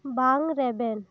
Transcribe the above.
ᱵᱟᱝ ᱨᱮᱵᱮᱱ